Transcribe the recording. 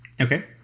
Okay